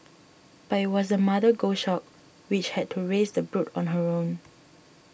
but it was the mother goshawk which had to raise the brood on her own